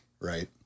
right